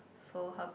so her